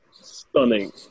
stunning